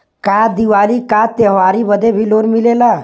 का दिवाली का त्योहारी बदे भी लोन मिलेला?